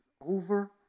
over